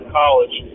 college